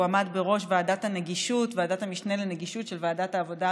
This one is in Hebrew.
הוא עמד בראש ועדת המשנה לנגישות של ועדת העבודה,